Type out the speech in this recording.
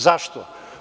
Zašto?